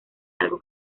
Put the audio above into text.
algo